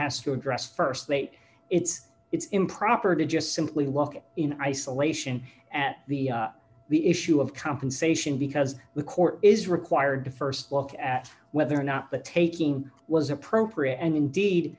has to address st late it's it's improper to just simply walk in isolation at the the issue of compensation because the court is required to st look at whether or not the taking was appropriate and indeed